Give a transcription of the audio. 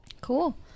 cool